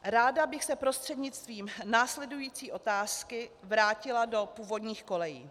Ráda bych se prostřednictvím následující otázky vrátila do původních kolejí.